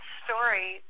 story